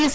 S